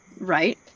Right